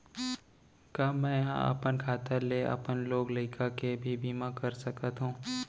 का मैं ह अपन खाता ले अपन लोग लइका के भी बीमा कर सकत हो